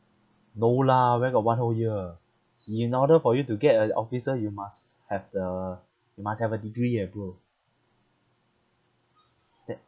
no lah where got one whole year in order for you to get a officer you must have the you must have a degree eh bro that